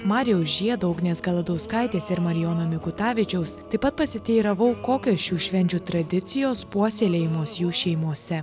marijaus žiedo ugnės galadauskaitės ir marijono mikutavičiaus taip pat pasiteiravau kokios šių švenčių tradicijos puoselėjamos jų šeimose